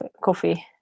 coffee